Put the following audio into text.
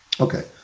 Okay